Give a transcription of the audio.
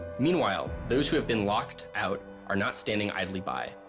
meanwhile, those who have been locked out are not standing idly by.